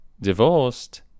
divorced